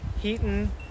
Heaton